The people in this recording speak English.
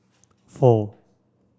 four